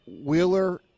Wheeler